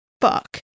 Fuck